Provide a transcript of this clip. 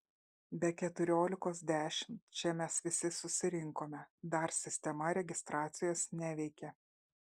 be keturiolikos dešimt čia mes visi susirinkome dar sistema registracijos neveikė